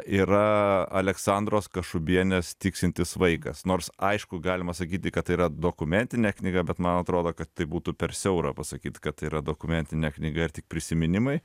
yra aleksandros kašubienės tiksintis vaikas nors aišku galima sakyti kad tai yra dokumentinė knyga bet man atrodo kad tai būtų per siaura pasakyt kad tai yra dokumentinė knyga ir tik prisiminimai